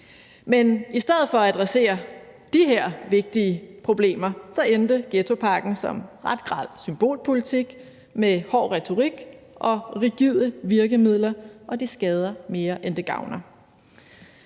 Men i stedet for at adressere de her vigtige problemer endte ghettopakken som ret grel symbolpolitik med hård retorik og rigide virkemidler, og det skader mere, end det gavner.